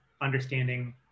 understanding